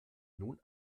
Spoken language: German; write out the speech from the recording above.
nun